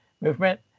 movement